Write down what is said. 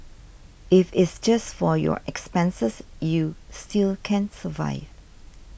if it's just for your expenses you still can survive